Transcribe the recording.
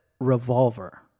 Revolver